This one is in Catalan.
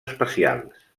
especials